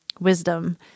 Wisdom